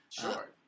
Sure